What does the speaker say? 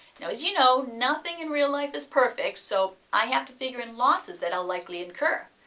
now, as you know, nothing in real life is perfect, so i have to figure in losses that i'll likely incur,